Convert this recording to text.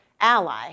ally